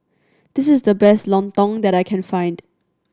this is the best lontong that I can find